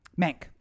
Mank